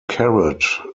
carrot